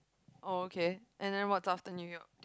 oh okay and then what's after New-York